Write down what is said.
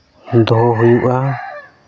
ᱫᱚᱦᱚ ᱦᱩᱭᱩᱜᱼᱟ